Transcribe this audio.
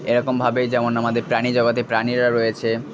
এরকমভাবে যেমন আমাদের প্রাণীজগতে প্রাণীরা রয়েছে